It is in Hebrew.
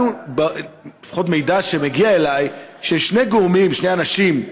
לפחות ממידע שמגיע אליי, שני גורמים, שני אנשים,